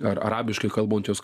ar arabiškai kalbančius